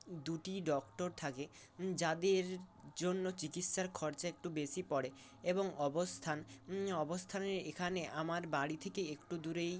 দুটি ডক্টর থাকে যাদের জন্য চিকিৎসার খরচা একটু বেশি পড়ে এবং অবস্থান অবস্থানের এখানে আমার বাড়ি থেকে একটু দূরেই